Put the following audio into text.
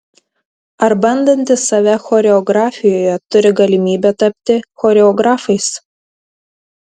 ar bandantys save choreografijoje turi galimybę tapti choreografais